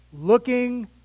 looking